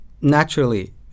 naturally